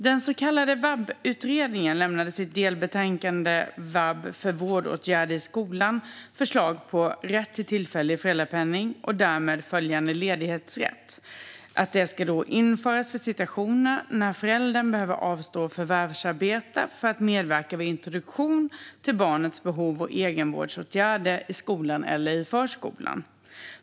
Den så kallade VAB-utredningen lämnade i sitt delbetänkande VAB för vårdåtgärder i skolan förslag på att rätt till tillfällig föräldrapenning och därmed följande ledighetsrätt ska införas för situationer när föräldern behöver avstå förvärvsarbete för att medverka vid introduktion till barnets behov av egenvårdsåtgärder i skolan eller förskolan.